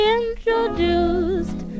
introduced